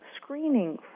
screening